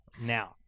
now